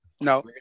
No